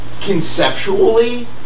conceptually